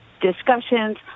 discussions